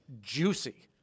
juicy